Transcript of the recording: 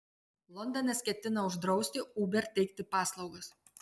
londonas ketina uždrausti uber teikti paslaugas